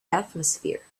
atmosphere